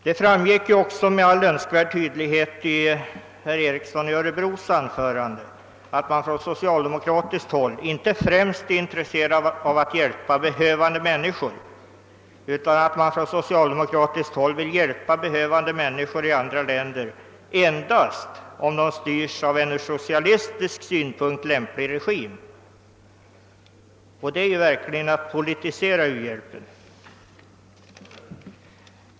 Det framgick ju också med all önskvärd tydlighet av det anförande som herr Ericson i Örebro höll, att man från socialdemokratiskt håll inte främst är intresserad av att hjälpa behövande människor utan att man vill hjälpa behövande människor i andra länder endast om de styrs av en från socialistisk synpunkt lämplig regim. Det är verkligen att politisera u-hjälpen.